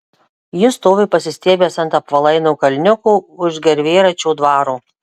jis stovi pasistiebęs ant apvalaino kalniuko už gervėračio dvaro